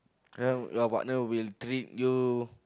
then your partner will treat you